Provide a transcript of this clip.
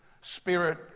spirit